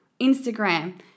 Instagram